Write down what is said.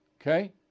okay